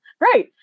Right